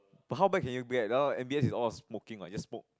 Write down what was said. but how bad can you get M_B_S is all smoking what you just smoke